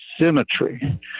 symmetry